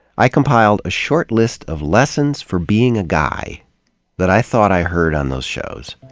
i compiled a short list of lessons for being a guy that i thought i heard on those shows.